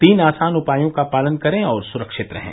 तीन आसान उपायों का पालन करें और सुरक्षित रहें